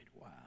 Wow